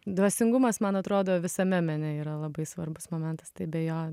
dvasingumas man atrodo visame mene yra labai svarbus momentas tai be jo